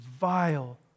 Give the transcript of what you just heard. vile